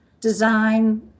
design